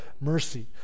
mercy